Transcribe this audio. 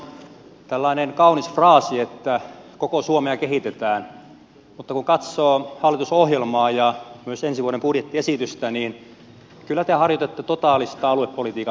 teillä hallituksessa on tällainen kaunis fraasi että koko suomea kehitetään mutta kun katsoo hallitusohjelmaa ja myös ensi vuoden budjettiesitystä niin kyllä te harjoitatte totaalista aluepolitiikan lopettamista suomessa